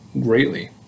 greatly